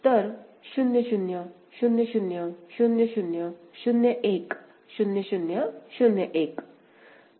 तर 0 0 0 0 0 0 0 1 0 0 0 1